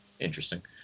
Interesting